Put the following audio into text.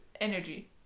energy